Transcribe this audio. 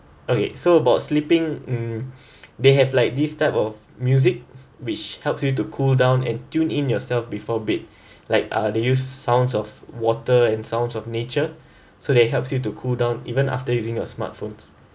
okay so about sleeping hmm they have like this type of music which helps you to cool down and tune in yourself before bed like uh they use sounds of water and sounds of nature so that helps you to cool down even after using your smartphones